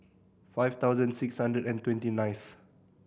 five thousand six hundred and twenty ninth